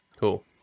Cool